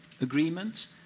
agreement